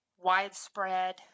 widespread